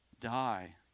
die